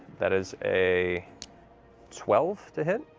that is a twelve to hit?